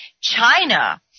China